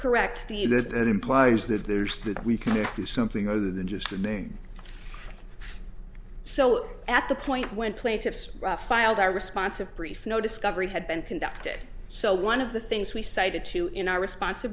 correct that implies that there's that we can do something other than just so at the point when plaintiffs filed our responsive brief no discovery had been conducted so one of the things we cited to in our response